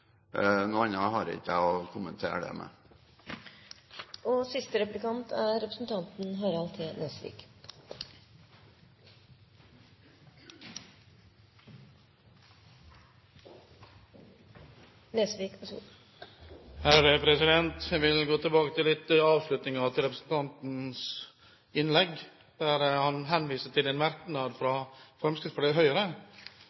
Noe annet har ikke jeg å kommentere til dette. Jeg vil gå litt tilbake til avslutningen i representantens innlegg. Han henviste til en merknad fra